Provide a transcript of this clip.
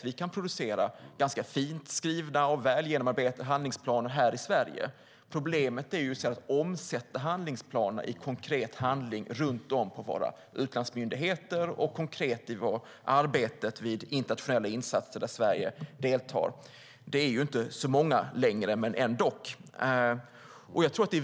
Vi kan producera ganska fint skrivna och väl genomarbetade handlingsplaner här i Sverige. Problemet är att omsätta handlingsplanerna i konkret handling runt om på våra utlandsmyndigheter och konkret i vårt arbete i internationella insatser där Sverige deltar. Det är inte längre så många, men de finns ändock.